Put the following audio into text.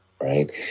right